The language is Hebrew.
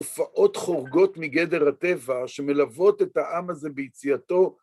‫תופעות חורגות מגדר הטבע ‫שמלוות את העם הזה ביציאתו.